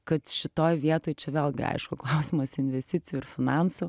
kad šitoj vietoj čia vėlgi aišku klausimas investicijų ir finansų